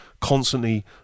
constantly